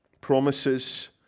Promises